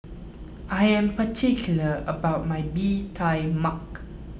I am particular about my Bee Tai Mak